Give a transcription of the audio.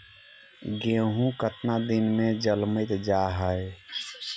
गेहूं केतना दिन में जलमतइ जा है?